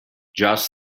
just